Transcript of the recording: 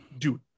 dude